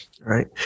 Right